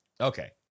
okay